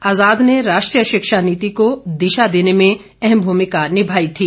आजाद ने राष्ट्रीय शिक्षा नीति को दिशा देने में अहम भूमिका निभाई थी